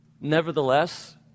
Nevertheless